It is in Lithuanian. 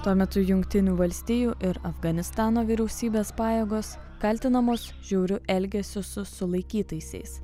tuo metu jungtinių valstijų ir afganistano vyriausybės pajėgos kaltinamos žiauriu elgesiu su sulaikytaisiais